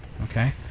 Okay